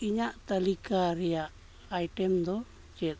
ᱤᱧᱟᱹᱜ ᱛᱟᱞᱤᱠᱟ ᱨᱮᱱᱟᱜ ᱟᱭᱴᱮᱢ ᱫᱚ ᱪᱮᱫ